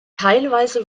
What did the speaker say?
teilweise